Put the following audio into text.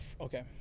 Okay